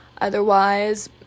Otherwise